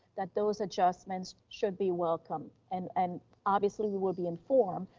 that those adjustments should be welcomed. and and obviously we will be informed,